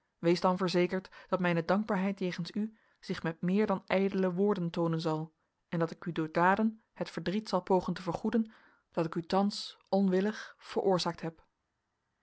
wees dan verzekerd dat mijne dankbaarheid jegens u zich met meer dan ijdele woorden toonen zal en dat ik u door daden het verdriet zal pogen te vergoeden dat ik u thans onwillig veroorzaakt heb